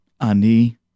Ani